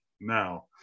now